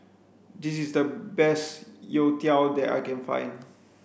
this is the best Youtiao that I can find